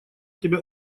тебя